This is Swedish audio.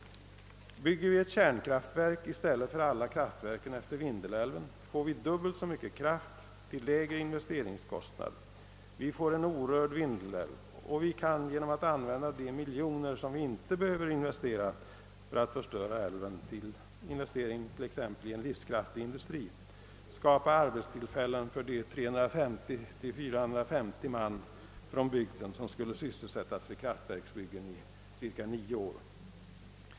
Bygger vi ett kärnkraftverk i stället för alla kraftverken efter Vindelälven får vi dubbelt så mycket kraft till lägre investeringskostnad. Vi får en orörd Vindelälv, och vi kan, genom att använda de miljoner, som vi inte behöver investera för att förstöra älven, till investering i t.ex. en livskraftig industri, skapa arbetstillfällen för 350—450 man från bygden som skulle sysselsättas med kraftverksbyggen i nio år.